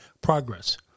progress